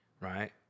right